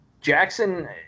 Jackson